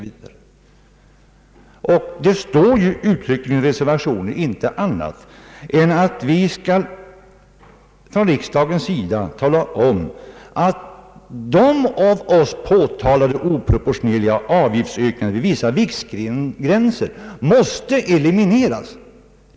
I reservationen står det inte annat än att riksdagen skall tala om att de påtalade oproportionerliga avgiftsökningarna vid vissa viktgränser måste elimineras.